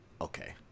okay